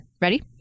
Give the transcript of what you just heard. ready